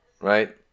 right